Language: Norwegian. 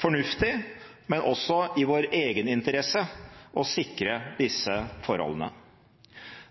fornuftig og også i vår egen interesse å sikre disse forholdene.